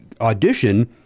audition